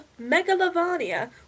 Megalovania